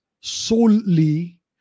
solely